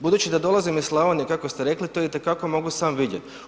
Budući da dolazim iz Slavonije kako ste rekli, to itekako mogu sam vidjeti.